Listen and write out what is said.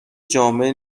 جامعه